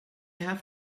have